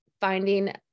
finding